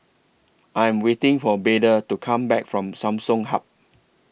I Am waiting For Beda to Come Back from Samsung Hub